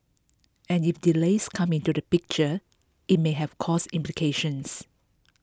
and if delays come into the picture it may have cost implications